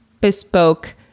bespoke